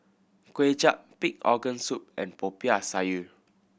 Kway Chap pig organ soup and Popiah Sayur